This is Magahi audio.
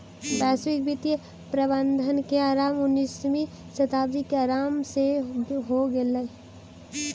वैश्विक वित्तीय प्रबंधन के आरंभ उन्नीसवीं शताब्दी के आरंभ से होलइ